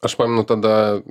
aš pamenu tada